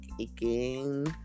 again